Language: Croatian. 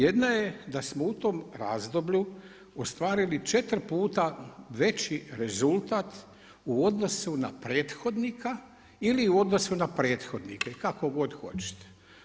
Jedna je da smo u tom razdoblju ostvarili 4 puta veći rezultat u odnosu na prethodnika ili u odnosu na prethodnike, kako god hoćete.